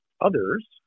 others